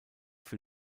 für